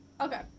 Okay